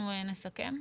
אנחנו נסכם.